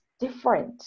different